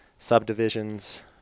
Subdivisions